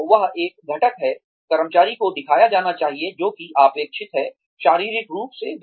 तो वह एक घटक है कर्मचारी को दिखाया जाना चाहिए जो कि अपेक्षित है शारीरिक रूप से